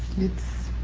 its,